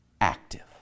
active